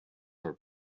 are